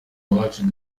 iwacu